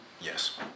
Yes